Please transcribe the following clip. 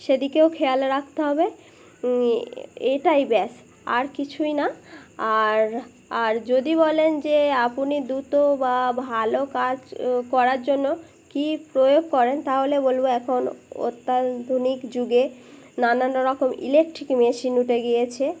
সেদিকেও খেয়াল রাখতে হবে এটাই ব্যস আর কিছুই না আর আর যদি বলেন যে আপনি দ্রুত বা ভালো কাজ করার জন্য কী প্রয়োগ করেন তাহলে বলবো এখন অত্যাধুনিক যুগে নানান রকম ইলেকট্রিক মেশিন উঠে গিয়েছে